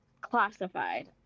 classified